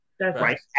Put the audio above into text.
right